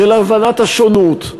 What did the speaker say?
של הבנת השונות,